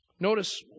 Notice